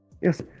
Yes